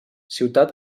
ciutat